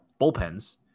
bullpens